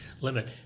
Limit